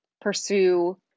pursue